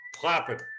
clapping